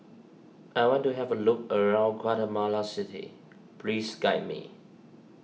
I want to have a look around Guatemala City please guide me